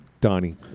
Donnie